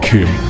Kim